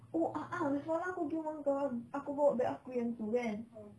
oh a'ah semalam aku pergi rumah kau aku bawa bag aku yang tu kan